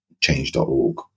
change.org